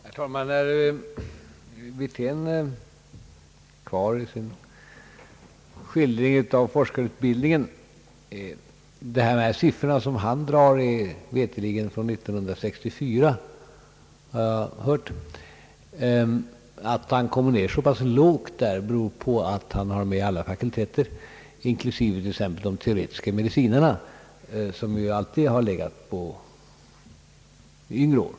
Herr talman! Herr Wirtén står fast vid sin skildring av forskarutbildningen, men de siffror han anfört är veterligt från år 1964, har jag hört. Att han kommer ned så pass lågt i åldersklasserna beror på att han tar med alla fakulteter inklusive exempelvis de teoretiska medicinarna, som alltid disputerat vid unga år.